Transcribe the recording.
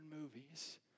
movies